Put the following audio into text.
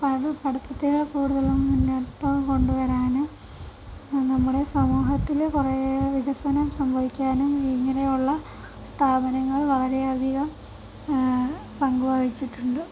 അത് പഠിത്തത്തിൽ കൂടുതലും മൂന്നോട്ടു കൊണ്ടുവരാൻ നമ്മുടെ സമൂഹത്തിൽ കുറെ വികസനം സംഭവിക്കാനും ഇങ്ങനെ ഉള്ള സ്ഥാപനങ്ങൾ വളരെ അധികം പങ്ക് വഹിച്ചിട്ടുണ്ട്